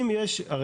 הרי,